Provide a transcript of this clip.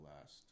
last